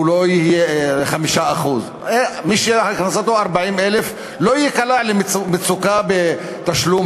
לא יהיה 5%. מי שהכנסתו 40,000 לא ייקלע למצוקה בתשלום